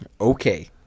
Okay